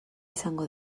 izango